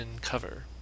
cover